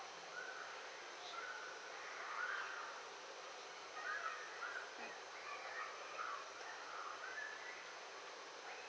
so